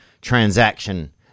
transaction